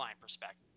perspective